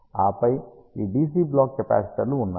ఆపై ఈ DC block కెపాసిటర్లు ఉన్నాయి